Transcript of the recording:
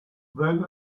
then